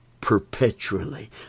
perpetually